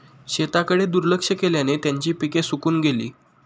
शेताकडे दुर्लक्ष केल्याने त्यांची पिके सुकून गेली